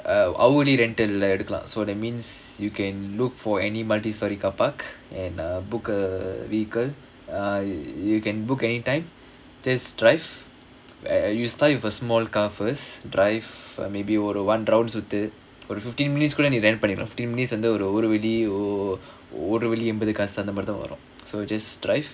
err hourly rental எடுக்கலாம்:edukkalaam so that means you can look for any multistorey car park and a book a vehicle err you can book anytime just drive err you start with a small car first drive maybe ஒரு:oru one round சுத்து ஒரு:suthu oru fifteen minutes குள்ள:kulla drive பண்ணிரலாம்:panniralaam fifteen minutes ஒரு வெள்ளி ஒரு வெள்ளி எம்பது காசு அந்த மாரிதா வரும்:oru velli oru velli embathu kaasu antha maarithaa varum so just drive